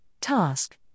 task